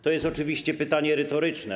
To jest oczywiście pytanie retoryczne.